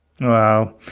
Wow